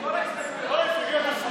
כל ההסתייגויות הוסרו.